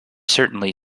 certainly